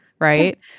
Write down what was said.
right